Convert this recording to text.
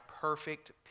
perfect